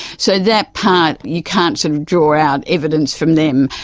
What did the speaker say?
so that part, you can't sort of draw out evidence from them.